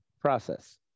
process